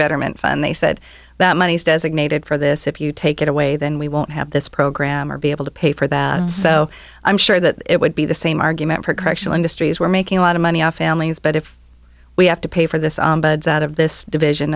betterment fund they said that money is designated for this if you take it away then we won't have this program or be able to pay for that so i'm sure that it would be the same argument for correctional industries were making a lot of money off families but if we have to pay for this out of this division